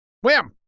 wham